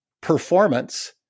performance